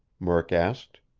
murk asked.